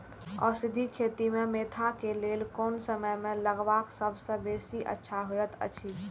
औषधि खेती मेंथा के लेल कोन समय में लगवाक सबसँ बेसी अच्छा होयत अछि?